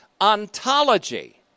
ontology